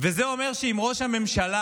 זה אומר שאם ראש הממשלה,